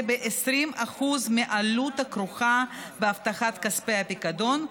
ב-20% מהעלות הכרוכה בהבטחת כספי הפיקדון,